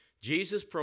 Jesus